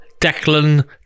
Declan